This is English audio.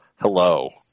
Hello